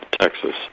Texas